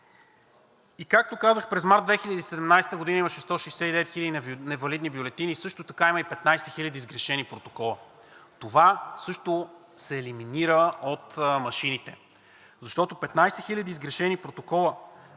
Както казах, през март 2017 г. имаше 169 хиляди невалидни бюлетини, също така има и 15 хиляди сгрешени протокола. Това също се елиминира от машините, защото 15 хиляди сгрешени протокола